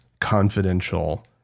confidential